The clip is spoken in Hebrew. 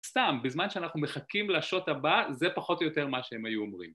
סתם, בזמן שאנחנו מחכים לשוט הבא, זה פחות או יותר מה שהם היו אומרים.